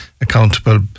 accountable